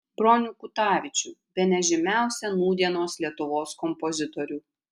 bronių kutavičių bene žymiausią nūdienos lietuvos kompozitorių